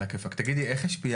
איך השפיע